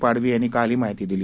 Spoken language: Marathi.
पाडवी यांनी काल ही माहिती दिली